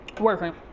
working